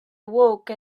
awoke